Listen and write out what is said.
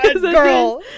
Girl